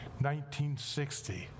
1960